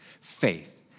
Faith